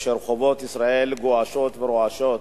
כאשר רחובות ישראל גועשים ורועשים,